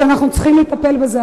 ואנחנו צריכים לטפל בזה,